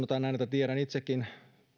tiedän itsekin